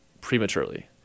prematurely